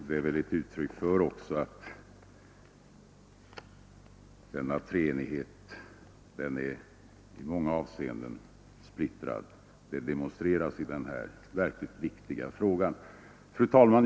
Det är väl också uttryck för att denna treenighet är splittrad i många avseenden — det demonstreras i den här verkligt viktiga frågan. Fru talman!